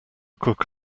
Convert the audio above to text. cook